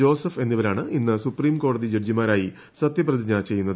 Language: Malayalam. ജോസഫ് എന്നിവരാണ് ഇന്ന് സുപ്രീംകോടതി ജഡ്ജിമാരായി സത്യപ്രതിജ്ഞ ചെയ്യുന്നത്